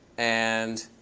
and